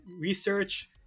research